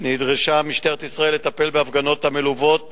נדרשה משטרת ישראל לטפל בהפגנות המלוּות